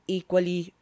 equally